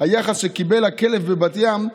היחס שקיבל הכלב בבת ים,